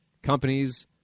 Companies